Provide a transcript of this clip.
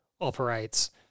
operates